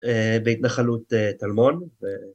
‫בהתנחלות טלמון.